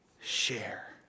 share